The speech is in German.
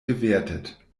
gewertet